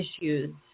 issues